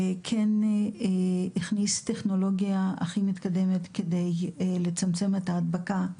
המשרד הכניס טכנולוגיה מתקדמת כדי לצמצם את ההדבקה.